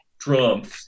trump